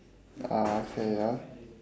ah okay ya